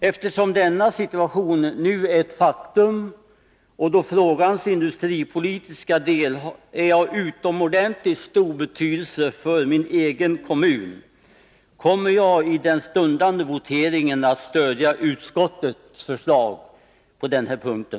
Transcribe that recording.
Eftersom denna situation nu är ett faktum och då frågans industripolitiska del är av utomordenligt stor betydelse för min egen kommun kommer jag i den stundande voteringen att stödja utskottets förslag på den här punkten.